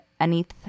Anith